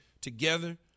together